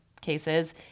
cases